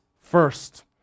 first